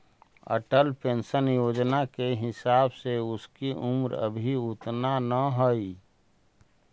Atal pension Yojana के हिसाब से आपकी उम्र अभी उतना न हई